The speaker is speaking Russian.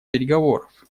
переговоров